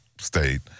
state